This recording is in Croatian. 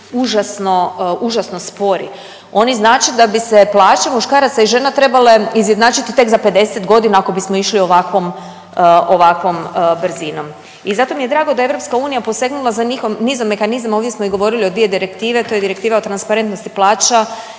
užasno spori. Oni znače da bi se plaće muškaraca i žena trebale izjednačiti tek za 50 godina ako bismo išli ovakvom, ovakvom brzinom. I zato mi je drago da je EU posegnula za nizom mehanizama, ovdje smo i govorili o dvije direktive. To je direktiva o transparentnosti plaća